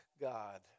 God